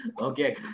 Okay